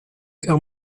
vers